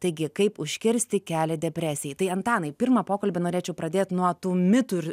taigi kaip užkirsti kelią depresijai tai antanai pirmą pokalbį norėčiau pradėt nuo tų mitų ir